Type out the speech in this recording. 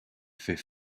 fait